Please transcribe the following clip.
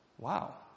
Wow